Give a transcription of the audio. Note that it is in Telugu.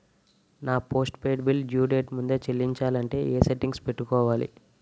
నా post paid bill due date ముందే చెల్లించాలంటే ఎ సెట్టింగ్స్ పెట్టుకోవాలి?